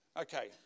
Okay